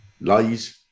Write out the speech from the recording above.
lies